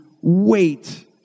wait